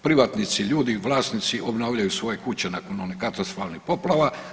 Privatnici, ljudi, vlasnici obnavljaju svoje kuće nakon onih katastrofalnih poplava.